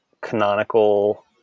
canonical